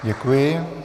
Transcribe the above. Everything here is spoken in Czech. Děkuji.